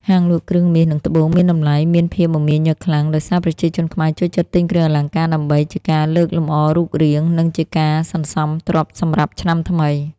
ហាងលក់គ្រឿងមាស និងត្បូងមានតម្លៃមានភាពមមាញឹកខ្លាំង ដោយសារប្រជាជនខ្មែរចូលចិត្តទិញគ្រឿងអលង្ការដើម្បីជាការលើកលម្អរូបរាង និងជាការសន្សំទ្រព្យសម្រាប់ឆ្នាំថ្មី។